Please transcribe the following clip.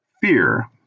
Fear